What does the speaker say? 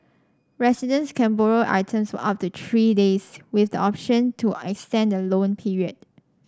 residents can borrow items for up to three days with the option to extend the loan period